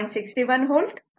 61 V असेल